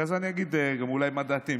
אחרי זה אני אגיד גם אולי מה דעתי,